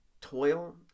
toil